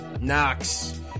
Knox